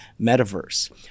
metaverse